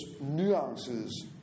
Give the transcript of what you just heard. nuances